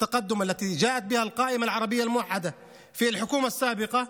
תוכנית הפיתוח שהביאה הרשימה הערבית המאוחדת בממשלה הקודמת,